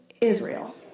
Israel